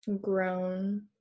grown